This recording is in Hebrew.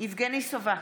יבגני סובה,